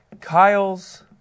Kyle's